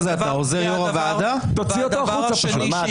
אתה